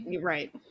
right